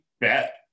bet